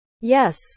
Yes